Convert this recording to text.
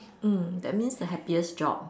mm that means the happiest job